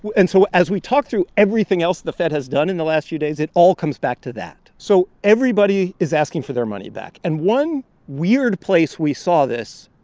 and so, as we talk through everything else the fed has done in the last few days, it all comes back to that so everybody is asking for their money back. and one weird place we saw this,